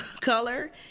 color